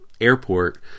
airport